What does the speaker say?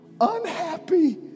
unhappy